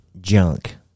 junk